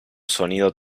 sonido